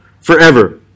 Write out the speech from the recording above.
forever